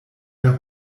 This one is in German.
der